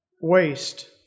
waste